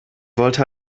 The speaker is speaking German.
wollte